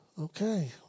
Okay